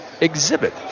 exhibit